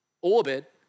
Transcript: orbit